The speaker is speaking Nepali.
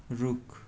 रुख